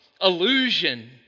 illusion